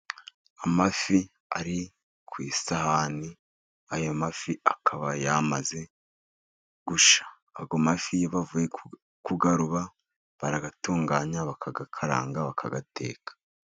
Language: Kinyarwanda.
Amafi ari ku isahani, ayo mafi akaba yamaze gushya, ayo mafi iyo bavuye kuyaroba, baragatunganya bakayakaranga, bakayateka.